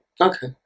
Okay